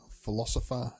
philosopher